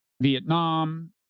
Vietnam